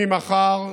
ממחר,